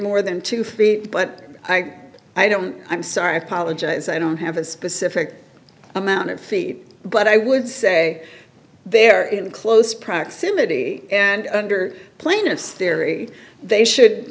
more than two feet but i i don't i'm sorry apologize i don't have a specific amount of feet but i would say they're in close proximity and under plaintiff's theory they should